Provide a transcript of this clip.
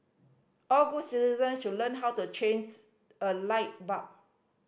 all good citizen should learn how to change a light bulb